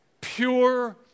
pure